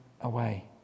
away